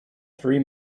three